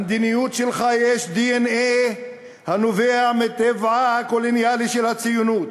למדיניות שלך יש דנ"א הנובע מטבעה הקולוניאלי של הציונות,